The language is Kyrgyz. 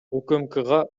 укмкга